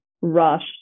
rush